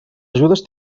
ajudes